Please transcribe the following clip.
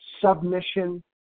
submission